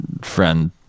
friend